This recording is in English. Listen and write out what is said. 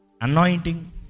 anointing